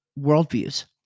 worldviews